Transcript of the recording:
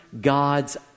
God's